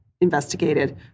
investigated